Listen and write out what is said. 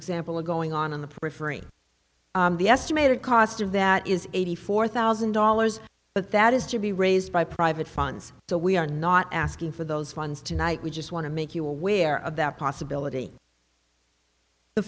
example are going on on the periphery the estimated cost of that is eighty four thousand dollars but that is to be raised by private funds so we are not asking for those funds tonight we just want to make you aware of that possibility the